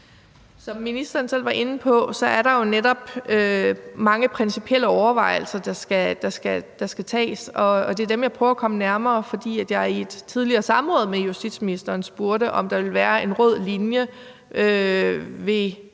Som ministeren selv var inde på, er der jo netop mange principielle overvejelser, der skal gøres, og det er dem, jeg prøver at komme nærmere, fordi jeg i et tidligere samråd med justitsministeren spurgte, om der ville være en rød linje ved